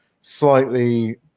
slightly